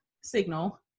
signal